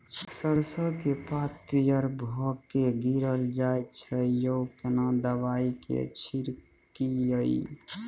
सरसो के पात पीयर भ के गीरल जाय छै यो केना दवाई के छिड़कीयई?